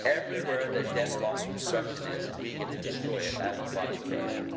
everywhere that death, loss and destruction is, we get to destroy it, as the body of christ.